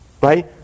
right